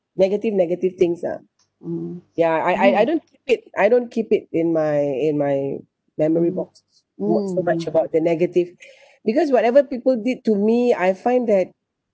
negative negative things ah mm ya I I I don't keep it I don't keep it in my in my memory box not so much about the negative because whatever people did to me I find that